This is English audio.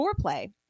foreplay